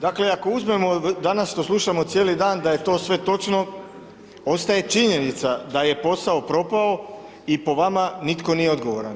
Dakle, ako uzmemo danas to slušamo cijeli dan, da je to sve točno, ostaje činjenica da je posao propao i po vama nitko nije odgovoran.